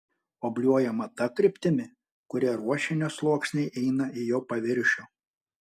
obliuojama ta kryptimi kuria ruošinio sluoksniai eina į jo paviršių